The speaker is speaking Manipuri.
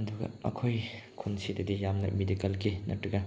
ꯑꯗꯨꯒ ꯑꯩꯈꯣꯏ ꯈꯨꯟꯁꯤꯗꯒꯤ ꯌꯥꯝꯅ ꯃꯦꯗꯤꯀꯦꯜꯒꯤ ꯅꯠꯇ꯭ꯔꯒ